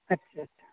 اچھا اچھا